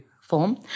form